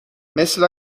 مثل